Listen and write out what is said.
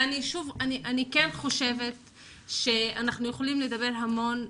אני כן חושבת שאנחנו יכולים לדבר המון,